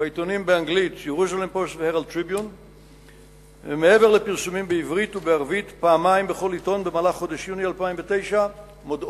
הוראות